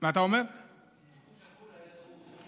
ייבוש החולה היה טעות.